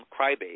Crybaby